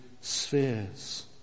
spheres